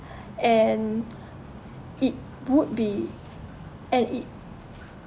and it would be and it